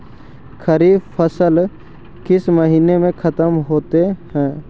खरिफ फसल किस महीने में ख़त्म होते हैं?